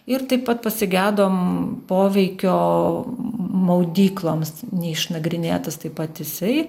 ir taip pat pasigedom poveikio maudykloms neišnagrinėtas taip pat jisai